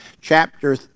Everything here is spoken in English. chapter